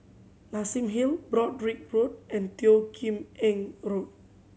Nassim Hill Broadrick Road and Teo Kim Eng Road